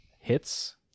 hits